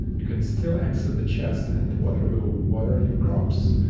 you can still access the chest and the water will water your crops.